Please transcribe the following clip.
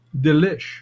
Delish